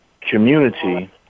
community